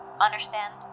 Understand